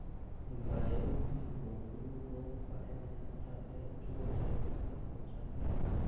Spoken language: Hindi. गायों में गोखरू रोग पाया जाता है जो दर्दनाक होता है